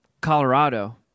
Colorado